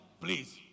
please